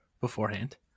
beforehand